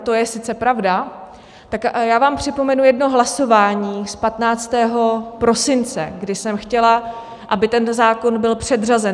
To je sice pravda, tak já vám připomenu jedno hlasování z 15. prosince, kdy jsem chtěla, aby ten zákon byl předřazen.